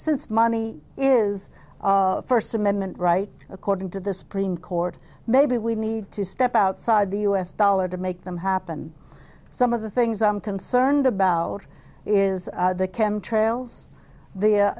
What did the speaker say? since money is first amendment right according to the supreme court maybe we need to step outside the u s dollar to make them happen some of the things i'm concerned about is the cam trails the